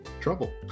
trouble